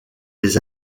les